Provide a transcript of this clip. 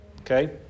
Okay